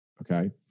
okay